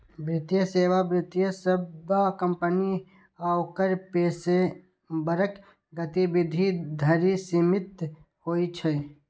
वित्तीय सेवा वित्तीय सेवा कंपनी आ ओकर पेशेवरक गतिविधि धरि सीमित होइ छै